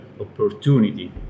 opportunity